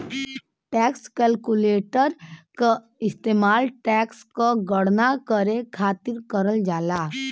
tax calculator क इस्तेमाल tax क गणना करे खातिर करल जाला